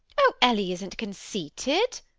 oh, ellie isn't conceited.